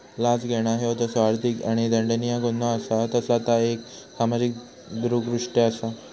लाच घेणा ह्यो जसो आर्थिक आणि दंडनीय गुन्हो असा तसा ता एक सामाजिक दृष्कृत्य असा